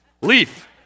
Leaf